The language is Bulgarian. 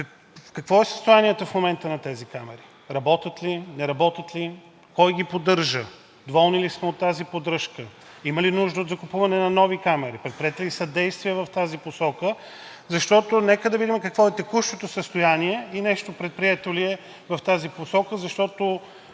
Какво е състоянието в момента на тези камери? Работят ли? Не работят ли? Кой ги поддържа? Доволни ли сме от тази поддръжка? Има ли нужда от закупуване на нови камери? Предприети ли са действия в тази посока? Защото нека да видим какво е текущото състояние и нещо предприето ли е в тази посока, защото